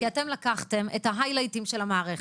כי אתם לקחתם את ההיילייטים של המערכת,